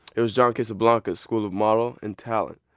it was john casablancas school of model and talent.